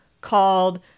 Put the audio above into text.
called